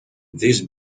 this